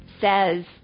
says